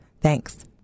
Thanks